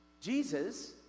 Jesus